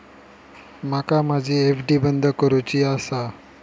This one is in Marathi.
माका माझी एफ.डी बंद करुची आसा